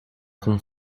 com